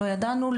לא ידענו,